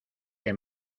que